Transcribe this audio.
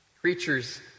creatures